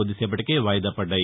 కొద్గిసేపటికే వాయిదా పడ్డాయి